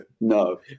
no